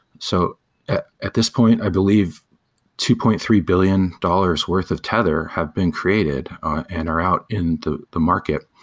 so at at this point, i believe two point three billion dollars' worth of tether have been created and are out in the market. market.